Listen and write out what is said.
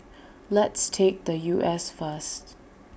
let's take the U S first